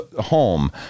home